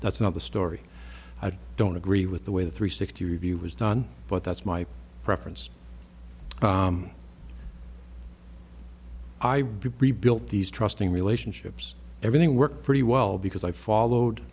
that's not the story i do don't agree with the way the three sixty review was done but that's my preference i reprieve built these trusting relationships everything worked pretty well because i followed